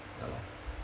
ya lor